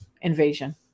invasion